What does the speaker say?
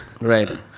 Right